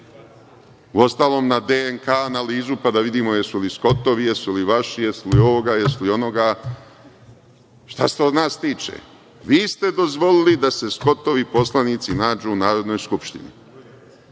Uostalom, na DNK analizu pa da vidimo jesu li Skotovi, jesu li vaši, jesu li ovoga, jesu li onoga. Šta se to nas tiče? Vi ste dozvolili da se Skotovi poslanici nađu u Narodnoj skupštini.